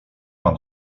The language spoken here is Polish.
mam